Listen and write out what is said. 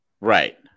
Right